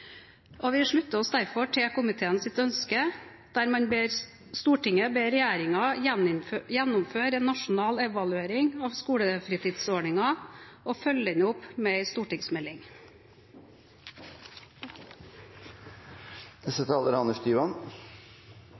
og vi slutter oss derfor til komiteens ønske: «Stortinget ber regjeringen gjennomføre en nasjonal evaluering av skolefritidsordningen og følge den opp med en stortingsmelding.» Skolefritidsordningen er